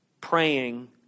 praying